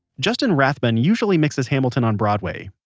justin rathbun usually mixes hamilton on broadway.